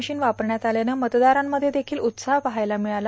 machine वापरण्यात आल्यानं मतदारांमध्ये देखील उत्साह पासयला मिळाला